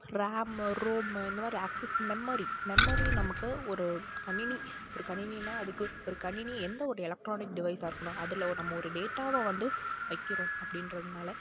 RAM ROM இந்த மாதிரி access memory memory நமக்கு ஒரு கணினி ஒரு கணினின்னால் அதுக்கு ஒரு கணினி எந்த ஒரு எலக்ட்ரானிக் டிவைஸாக இருக்கணும் அதில் நம்ம ஒரு டேட்டாவை வந்து வைக்கிறோம் அப்படின்றதுனால